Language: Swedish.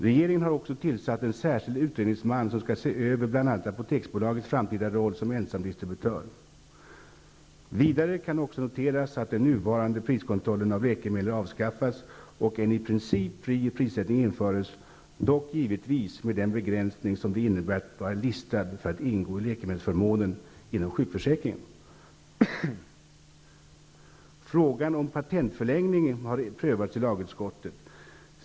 Regeringen har också tillsatt en särskild utredningsman som skall se över bl.a. Apoteksbolagets framtida roll som ensamdistributör. Vidare kan också noteras att den nuvarande priskontrollen beträffande läkemedel avskaffas och en i princip fri prissättning införs, dock givetvis med den begränsning som det innebär att vara listad för att ingå i läkemedelsförmånen inom sjukförsäkringen. Frågan om patentförlängning har prövats i lagutskottet.